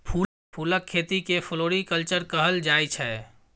फुलक खेती केँ फ्लोरीकल्चर कहल जाइ छै